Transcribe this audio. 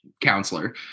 counselor